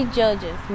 judges